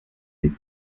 weg